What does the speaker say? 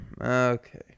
Okay